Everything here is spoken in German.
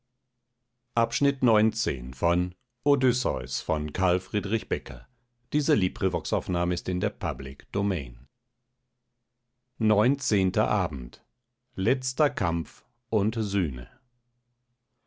hatten letzter kampf